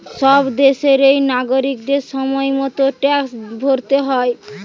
সব দেশেরই নাগরিকদের সময় মতো ট্যাক্স ভরতে হয়